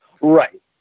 Right